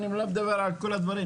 אני לא מדבר על כל הדברים.